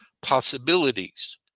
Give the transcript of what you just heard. possibilities